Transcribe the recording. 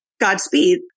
Godspeed